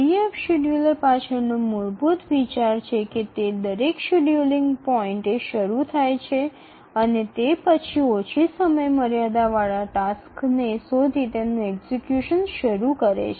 EDF scheduler પાછળનો મૂળભૂત વિચાર છે કે તે દરેક શેડ્યૂલિંગ પોઇન્ટ એ તે શરૂ થાય અને તે પછી તે ઓછી સમયમર્યાદા વાળા ટાસ્ક ને શોધી તેનું એક્ઝિકયુશન શરૂ કરે